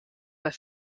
but